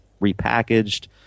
repackaged